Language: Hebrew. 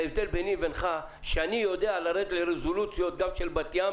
ההבדל ביני לבינך הוא שאני יודע לרדת לרזולוציות גם של בת ים